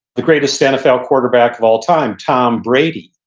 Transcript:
the greatest nfl quarterback of all time, tom brady,